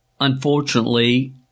unfortunately